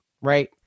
right